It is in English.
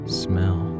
smell